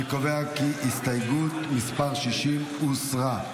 אני קובע כי הסתייגות מס' 60 הוסרה.